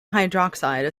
hydroxide